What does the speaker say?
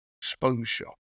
exposure